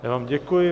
Já vám děkuji.